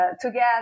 together